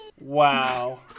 Wow